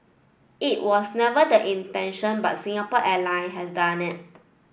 it was never the intention but Singapore Airline has done it